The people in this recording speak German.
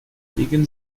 legen